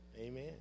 Amen